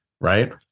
right